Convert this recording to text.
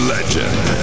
Legend